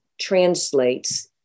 translates